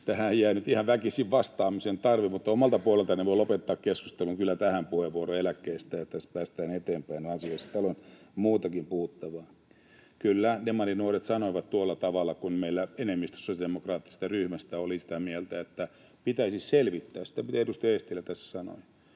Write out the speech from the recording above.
Tähän jäi nyt ihan väkisin vastaamisen tarve, mutta omalta puoleltani voin lopettaa keskustelun eläkkeistä kyllä tähän puheenvuoroon, että päästään eteenpäin asioissa — täällä on muutakin puhuttavaa. Kyllä, Demarinuoret sanoivat tuolla tavalla, kun meillä enemmistö sosiaalidemokraattisesta ryhmästä oli sitä mieltä, että pitäisi selvittää sitä, mitä edustaja Eestilä tässä sanoi.